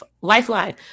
lifeline